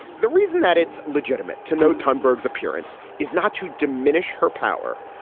the reason that it's legitimate to know ton bergs appearance is not to diminish her power,